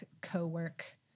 co-work